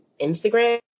Instagram